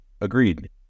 agreed